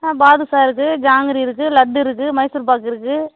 ஆ பாதுஷா இருக்கு ஜாங்கிரி இருக்கு லட்டு இருக்கு மைசூர் பாக்கு இருக்கு